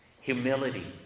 humility